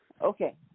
Okay